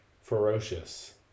ferocious